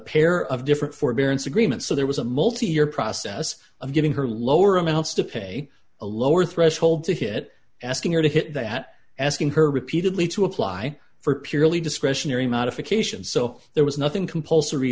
pair of different forbearance agreements so there was a multi year process of giving her lower amounts to pay a lower threshold to hit asking her to hit that asking her repeatedly to apply for purely discretionary modifications so there was nothing compulsory